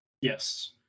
Yes